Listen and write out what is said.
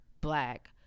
black